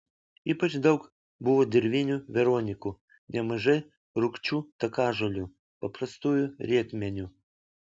ypač daug buvo dirvinių veronikų nemažai rūgčių takažolių paprastųjų rietmenių